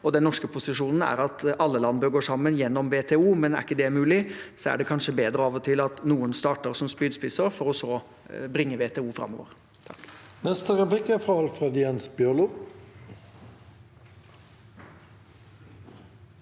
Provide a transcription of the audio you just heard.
Den norske posisjonen er at alle land bør gå sammen gjennom WTO, men er ikke det mulig, er det kanskje bedre av og til at noen starter som spydspisser for så å bringe WTO framover.